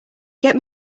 get